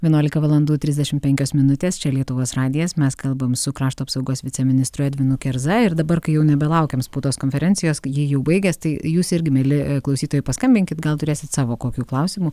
vienuolika valandų trisdešimt penkios minutės čia lietuvos radijas mes kalbam su krašto apsaugos viceministru edvinu kerza ir dabar kai jau nebelaukiame spaudos konferencijos kai ji jau baigės tai jūs irgi mieli klausytojai paskambinkit gal turėsit savo kokių klausimų